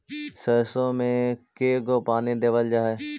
सरसों में के गो पानी देबल जा है?